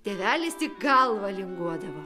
tėvelis tik galvą linguodavo